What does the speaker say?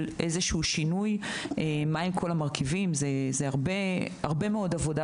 מדובר בהרבה מאוד עבודה